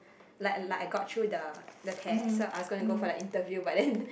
like like I got through the the test so I was gonna go for the interview but then